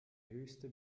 höchste